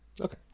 Okay